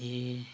ए